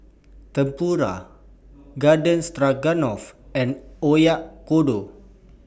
Tempura Garden Stroganoff and Oyakodon